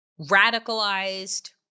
radicalized